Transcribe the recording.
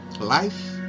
life